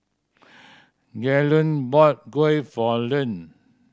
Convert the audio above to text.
Galen bought kuih for Lem